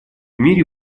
мире